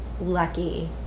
lucky